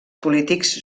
polítics